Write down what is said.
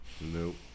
Nope